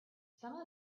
some